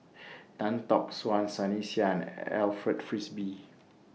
Tan Tock San Sunny Sia Alfred Frisby